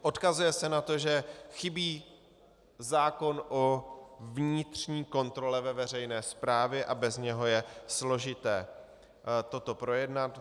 Odkazuje se na to, že chybí zákon o vnitřní kontrole ve veřejné správě a bez něho je složité toto projednat.